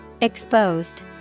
Exposed